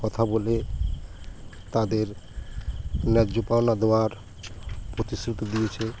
কথা বলে তাদের ন্যায্য পাওনা দেওয়ার প্রতিশ্রুতি দিয়েছে